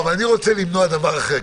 אבל אני רוצה למנוע דבר אחר.